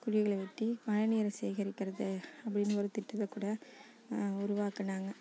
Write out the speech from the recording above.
குழிகளை வெட்டி மழை நீரை சேகரிக்கிறது அப்படின்னு ஒரு திட்டத்தை கூட உருவாக்கினாங்க